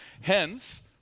hence